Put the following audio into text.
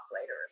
later